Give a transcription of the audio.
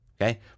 okay